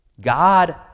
God